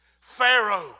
Pharaoh